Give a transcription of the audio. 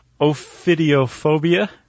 ophidiophobia